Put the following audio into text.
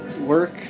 work